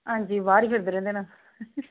ਹਾਂਜੀ ਬਾਹਰ ਹੀ ਫਿਰਦੇ ਰਹਿੰਦੇ ਨਾ